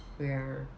ya